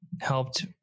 helped